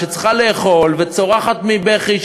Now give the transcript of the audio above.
שצריכה לאכול וצורחת מבכי,